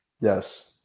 Yes